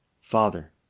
Father